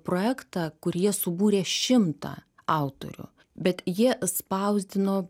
projektą kur jie subūrė šimtą autorių bet jie spausdino